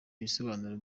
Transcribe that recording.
ibisobanuro